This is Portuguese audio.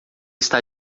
está